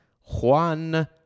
Juan